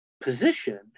Position